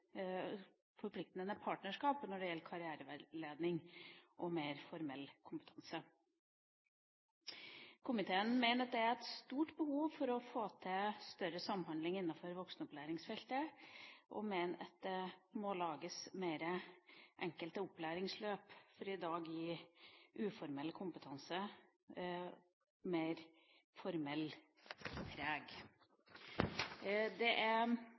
partnerskap når det gjelder karriereveiledning og mer formell kompetanse. Komiteen mener at det er et stort behov for å få til større samhandling innenfor voksenopplæringsfeltet, og mener at det må lages flere opplæringsløp som kan gi uformell kompetanse mer formelt preg. Det er